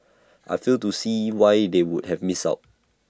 I fail to see why they would have missed out